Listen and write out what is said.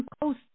close